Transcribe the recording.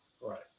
Right